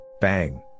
Bang